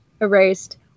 Erased